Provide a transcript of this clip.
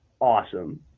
awesome